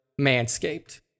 Manscaped